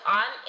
on